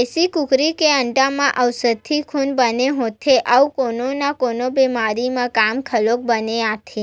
देसी कुकरी के अंडा म अउसधी गुन बने होथे अउ कोनो कोनो बेमारी म काम घलोक बने आथे